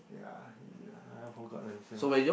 ya is it ah I forgot already